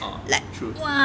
orh true